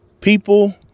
people